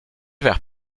vers